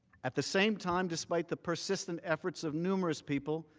at the same time, despite the persistent efforts of numerous people,